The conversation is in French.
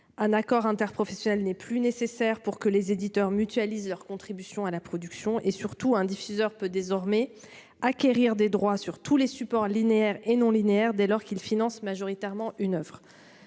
un accord interprofessionnel n'est plus nécessaire pour que les éditeurs mutualisent leurs contributions à la production, et surtout, un diffuseur peut désormais acquérir des droits sur tous les supports linéaires et non linéaires, dès lors qu'il finance majoritairement une oeuvre.